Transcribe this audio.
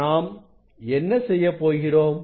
நாம் என்ன செய்யப்போகிறோம்